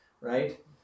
right